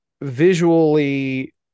visually